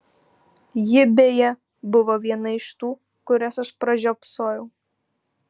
ji beje buvo viena iš tų kurias aš pražiopsojau